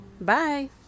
Bye